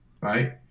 right